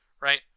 right